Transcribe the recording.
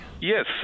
Yes